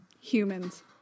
humans